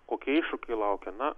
kokie iššūkiai laukia na